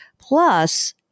Plus